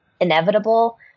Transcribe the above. inevitable